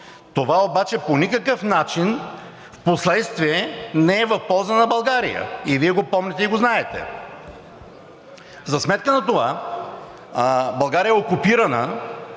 Това обаче по никакъв начин впоследствие не е в полза на България, и Вие го помните, и го знаете! За сметка на това България е окупирана.